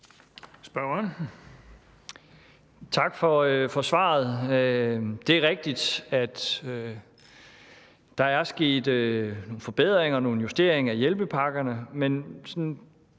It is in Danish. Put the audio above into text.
(V): Tak for svaret. Det er rigtigt, at der er sket nogle forbedringer, nogle justeringer i forhold til hjælpepakkerne. Men